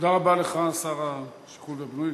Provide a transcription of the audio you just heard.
תודה לך, שר השיכון והבינוי.